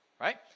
right